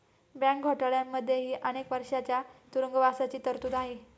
bank घोटाळ्यांमध्येही अनेक वर्षांच्या तुरुंगवासाची तरतूद आहे